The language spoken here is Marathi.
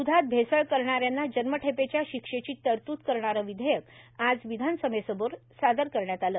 द्धात भेसळ करणाऱ्यांना जन्मठेपेच्या शिक्षेची तरतूद करणारं विधेयक आज विधानसभेसमोर सादर करण्यात आलं